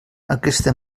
aquesta